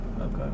Okay